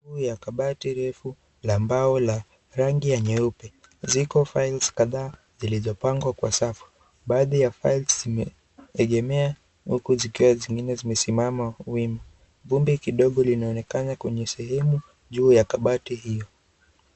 Juu ya kabati refu la mbao la rangi nyeupe. Ziko files kadhaa zilizopangwa kwa safu. Baadhi ya files zimeegemea huku zikiwa zingine zimesimama wima. Vumbi kidogo linaonekana kwenye sehemu juu ya kabati hiyo.